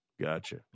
Gotcha